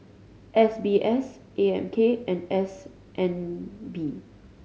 S B S A M K and S N B